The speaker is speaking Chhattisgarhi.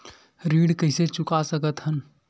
ऋण कइसे चुका सकत हन?